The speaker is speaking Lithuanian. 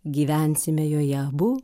gyvensime joje abu